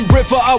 River